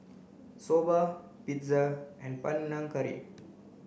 Soba Pizza and Panang Curry